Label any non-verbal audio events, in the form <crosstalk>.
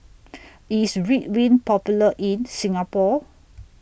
<noise> IS Ridwind Popular in Singapore